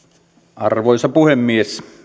arvoisa puhemies